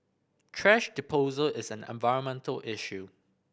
thrash disposal is an environmental issue